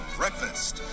breakfast